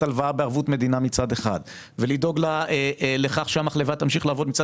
בערבות מדינה ולדאוג לכך שהמחלבה תעבוד.